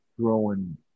growing